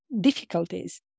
difficulties